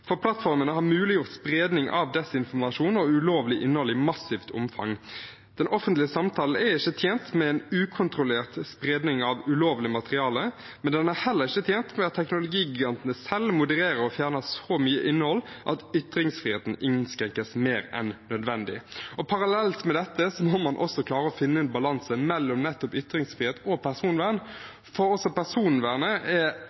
for plattformene har muliggjort spredning av desinformasjon og ulovlig innhold i massivt omfang. Den offentlige samtalen er ikke tjent med en ukontrollert spredning av ulovlig materiale, men den er heller ikke tjent med at teknologigigantene selv modererer og fjerner så mye innhold at ytringsfriheten innskrenkes mer enn nødvendig. Parallelt med dette må man klare å finne en balanse mellom nettopp ytringsfrihet og personvern, for også personvernet